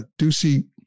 Ducey